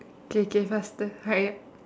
k k faster hurry up